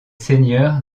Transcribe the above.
seigneur